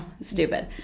stupid